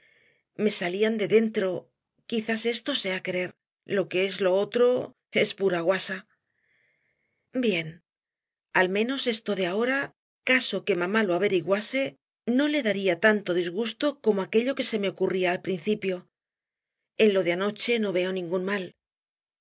me salían de dentro quizá esto sea querer lo que es lo otro es pura guasa bien al menos esto de ahora caso que mamá lo averiguase no le daría tanto disgusto como aquello que se me ocurría al principio en lo de anoche no veo ningún mal